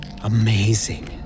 amazing